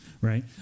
right